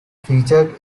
featured